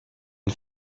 une